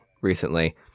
recently